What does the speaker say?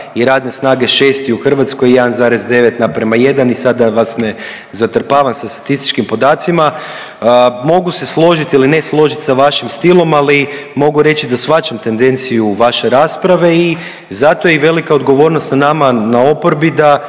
i radne snage šesti u Hrvatskoj 1,9 naprama 1. I sad da vas ne zatrpavam sa statističkim podacima, mogu se složiti ili ne složiti sa vašim stilom ali mogu reći da shvaćam tendenciju vaše rasprave i zato je i velika odgovornost na nama na oporbi, da